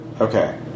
Okay